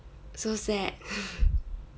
so sad